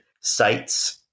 sites